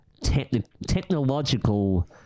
technological